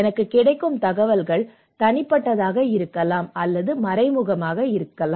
எனக்கு கிடைக்கும் தகவல்கள் தனிப்பட்டதாக இருக்கலாம் அல்லது அது மறைமுகமாக இருக்கலாம்